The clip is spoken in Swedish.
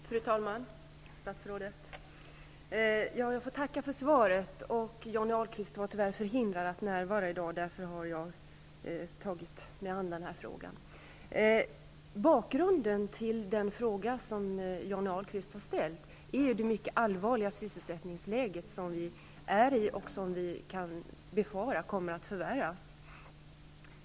Fru talman! Jag tackar för svaret. Johnny Ahlqvist är tyvärr förhindrad att närvara i dag. Därför har jag tagit mig an frågan. Bakgrunden till den fråga Johnny Ahlqvist har ställt är det allvarliga sysselsättningsläget som vi nu befinner oss i och som vi kan befara kommer att förvärras.